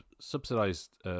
subsidised